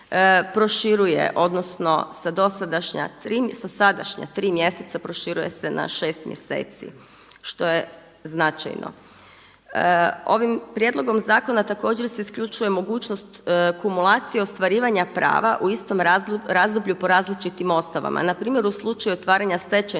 tri, sa sa sadašnja tri mjeseca proširuje se na šest mjeseci, što je značajno. Ovim prijedlogom zakona također se isključuje mogućnost kumulacije ostvarivanja prava u istom razdoblju po različitim osnovama, npr. u slučaju otvaranja stečajnog